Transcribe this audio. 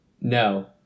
No